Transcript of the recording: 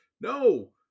no